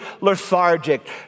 lethargic